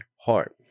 heart